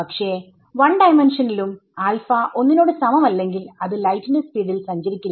പക്ഷെ 1D യിലും alpha 1 നോട് സമം അല്ലെങ്കിൽ അത് ലൈറ്റ് ന്റെ സ്പീഡിൽ സഞ്ചരിക്കില്ല